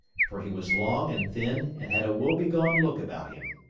for he was long and thin and had a woebegone look about him.